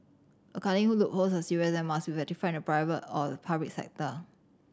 accounting loopholes are serious and must be rectified in the private or public sector